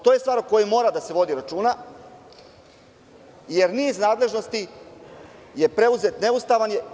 To je stvar o kojoj mora da se vodi računa, jer niz nadležnosti je preuzet, neustavan je.